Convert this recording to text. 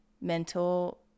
mental